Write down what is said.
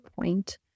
point